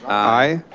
i.